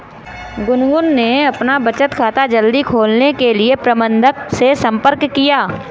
गुनगुन ने अपना बचत खाता जल्दी खोलने के लिए प्रबंधक से संपर्क किया